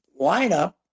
lineup